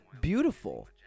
beautiful